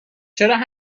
چرا